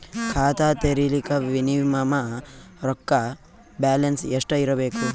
ಖಾತಾ ತೇರಿಲಿಕ ಮಿನಿಮಮ ರೊಕ್ಕ ಬ್ಯಾಲೆನ್ಸ್ ಎಷ್ಟ ಇರಬೇಕು?